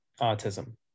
autism